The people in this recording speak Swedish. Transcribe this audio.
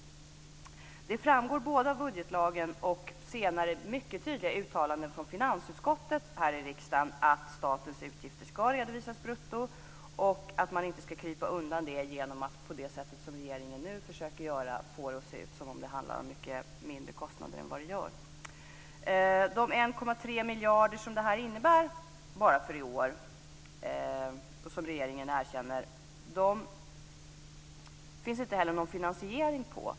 Det framgår både av budgetlagen och senare av mycket tydliga uttalanden av finansutskottet att statens utgifter ska redovisas brutto och att man inte ska krypa undan genom att som regeringen nu gör försöka få det att se ut som om det handlar om mycket mindre kostnader än vad det är. De 1,3 miljarder kronor som regeringen erkänner att det innebär för i år är inte finansierade.